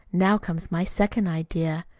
now comes my second idea.